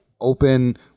open